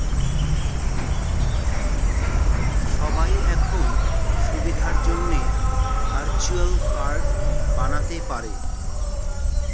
সবাই এখন সুবিধার জন্যে ভার্চুয়াল কার্ড বানাতে পারে